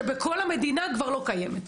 שבכל המדינה כבר לא קיימת.